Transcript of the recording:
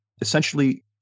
essentially